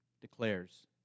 declares